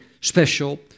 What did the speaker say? special